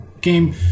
game